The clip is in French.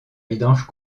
vidange